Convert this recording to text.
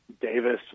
Davis